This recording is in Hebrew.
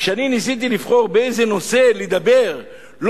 כשאני ניסיתי לבחור את הנושא שאדבר בו,